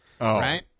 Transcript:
right